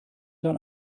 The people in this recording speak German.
dann